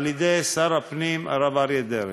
על-ידי שר הפנים הרב אריה דרעי.